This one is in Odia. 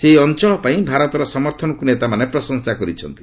ସେହି ଅଞ୍ଚଳ ପାଇଁ ଭାରତର ସମର୍ଥନକୁ ନେତାମାନେ ପ୍ରଶଂସା କରିଛନ୍ତି